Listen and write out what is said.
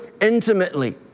intimately